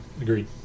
agreed